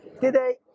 Today